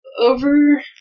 Over